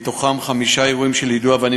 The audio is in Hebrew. מתוכם חמישה אירועים של יידוי אבנים